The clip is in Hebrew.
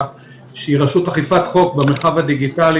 שהיא רשות אכיפת חוק במרחב הדיגיטלי.